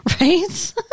Right